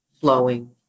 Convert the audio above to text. flowing